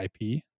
ip